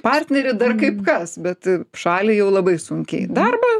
partnerį dar kaip kas bet šalį jau labai sunkiai darbą